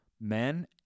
men